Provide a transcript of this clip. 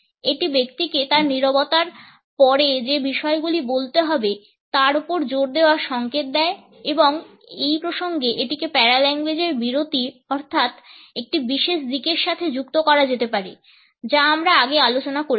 এটি ব্যক্তিকে তার নীরবতার পরে যে বিষয়গুলি বলতে হবে তার উপর জোর দেওয়ার সংকেত দেয় এবং এই প্রসঙ্গে এটিকে প্যারালাঙ্গুয়েজের বিরতি অর্থাৎ একটি বিশেষ দিকের সাথে যুক্ত করা যেতে পারে যা আমরা আগে আলোচনা করেছি